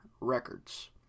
records